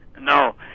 No